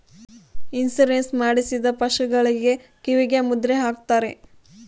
insurance ಮಾಡಿಸಿದ ಪಶುಗಳ ಕಿವಿಗೆ ಮುದ್ರೆ ಹಾಕ್ತಾರೆ